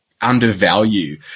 undervalue